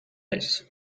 this